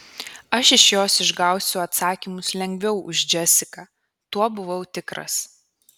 aš iš jos išgausiu atsakymus lengviau už džesiką tuo buvau tikras